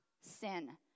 sin